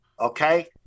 okay